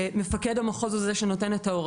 אם נכון מה שאמרת שמפקד המחוז הוא זה שנותן את ההוראות